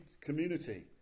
community